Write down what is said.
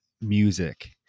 music